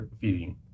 feeding